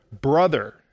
brother